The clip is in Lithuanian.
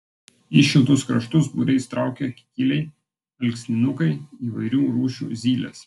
į šiltus kraštus būriais traukia kikiliai alksninukai įvairių rūšių zylės